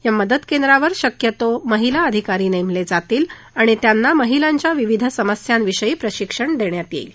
या मदतकेंद्रावर शक्यतो महिला अधिकारी नेमले जातील आणि त्यांना महिलांच्या विविध समस्यांविषयी प्रशिक्षण देण्यात येईल